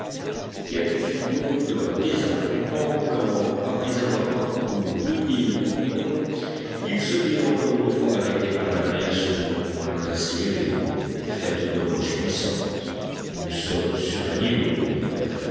quel fut donc leur désappointement quand après avoir parcouru deux milles environ ils se virent encore une fois arrêtés par la mer sur une pointe assez élevée faite de roches glissantes nous sommes sur un îlot